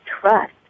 trust